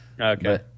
Okay